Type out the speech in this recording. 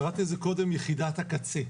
קראתי לזה קודם יחידת הקצה.